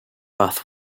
bath